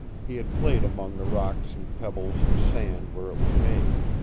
he had played among the rocks and pebbles and sand where it was made.